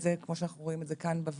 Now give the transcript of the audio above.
זה כמו שאנחנו רואים את זה כאן בוועדה,